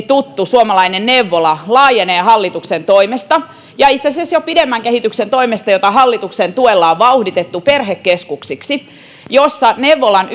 tuttu palvelukonsepti suomalainen neuvola laajenee hallituksen toimesta ja itse asiassa jo pidemmän kehityksen toimesta jota hallituksen tuella on vauhditettu perhekeskuksiksi missä neuvolan